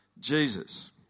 Jesus